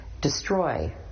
destroy